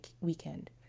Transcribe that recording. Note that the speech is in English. weekend